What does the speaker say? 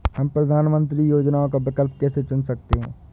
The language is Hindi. हम प्रधानमंत्री योजनाओं का विकल्प कैसे चुन सकते हैं?